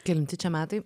kelinti čia metai